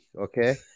Okay